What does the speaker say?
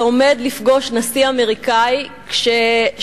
אתה עומד לפגוש נשיא אמריקני כשמאז